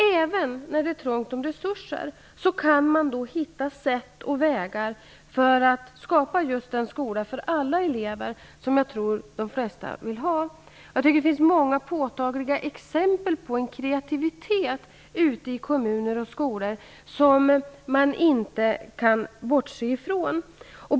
Även när det är trångt om resurser kan man då hitta sätt och vägar för att skapa just en skola för alla elever, som jag tror att de flesta vill ha. Jag tycker att det finns många påtagliga exempel på en kreativitet ute i kommuner och skolor som man inte kan bortse från.